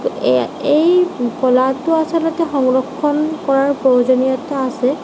এই কলাটোৰ অৱশ্য়ে সংৰক্ষণ কৰাৰ প্ৰয়োজনীয়তা আছে